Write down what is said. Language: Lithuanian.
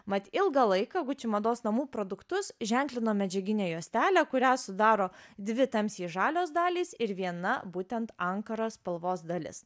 mat ilgą laiką gucci mados namų produktus ženklino medžiaginė juostelė kurią sudaro dvi tamsiai žalios dalys ir viena būtent ankaros spalvos dalis